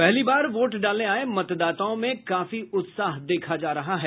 पहली बार वोट डालने आये मतदाताओं में काफी उत्साह देखा जा रहा है